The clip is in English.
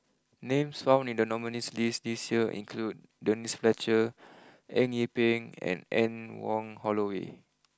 names found in the nominees list this year include Denise Fletcher Eng Yee Peng and Anne Wong Holloway